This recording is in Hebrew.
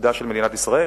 עתידה של מדינת ישראל.